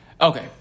Okay